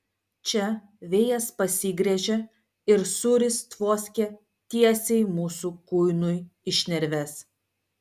čia vėjas pasigręžė ir sūris tvoskė tiesiai mūsų kuinui į šnerves